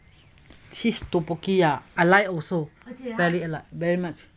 cheese tteokboki ah I like also ver~ very much